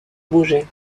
bougeait